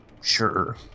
Sure